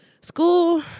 School